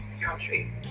country